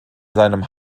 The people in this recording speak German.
seinem